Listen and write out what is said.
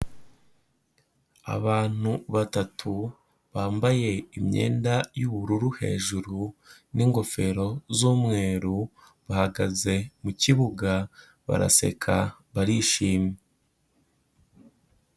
Abantu batatu bambaye imyenda y'ubururu hejuru n'ingofero z'umweru, bahagaze mu kibuga baraseka barishimye.